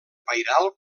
pairal